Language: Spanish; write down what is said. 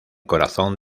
corazón